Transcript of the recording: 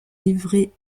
livrée